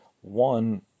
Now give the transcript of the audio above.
One